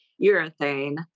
urethane